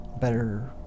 better